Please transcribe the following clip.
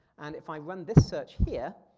and if i run this search here,